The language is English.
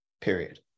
Period